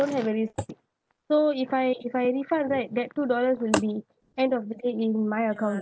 don't have a receipt so if I if I refund right that two dollars will be end of the day be in my account